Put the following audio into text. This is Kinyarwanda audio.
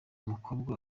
umukobwa